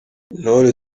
intore